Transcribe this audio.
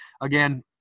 Again